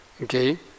Okay